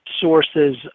sources